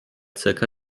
zirka